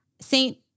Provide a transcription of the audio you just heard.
Saint